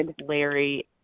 Larry